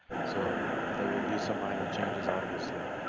so there would be some minor changes obviously,